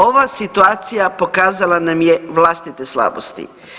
Ova situacija pokazala nam je vlastite slabosti.